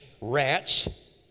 rats